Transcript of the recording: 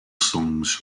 songs